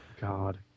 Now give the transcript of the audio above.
God